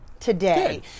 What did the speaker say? today